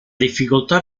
difficoltà